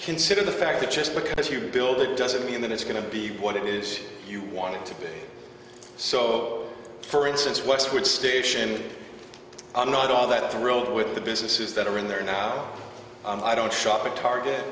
consider the fact that just because you build it doesn't mean that it's going to be what it is you want it to be so for instance westwood station i'm not all that thrilled with the businesses that are in there now i don't shop at target